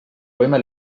võime